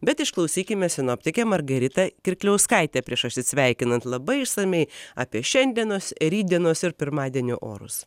bet išklausykime sinoptikė margarita kirkliauskaitė prieš atsisveikinant labai išsamiai apie šiandienos rytdienos ir pirmadienio orus